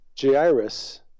Jairus